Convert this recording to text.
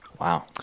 Wow